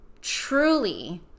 truly